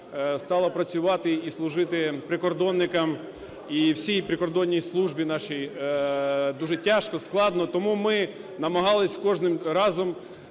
стало працювати і служити прикордонникам і всій прикордонній службі нашій дуже тяжко, складно. Тому ми намагались з кожним разом,